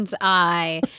eye